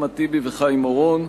אחמד טיבי וחיים אורון.